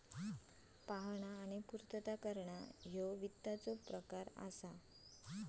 पाहणा आणि पूर्तता करणा ह्या वित्ताचो प्रकार असा